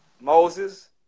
Moses